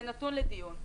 זה נתון לדיון.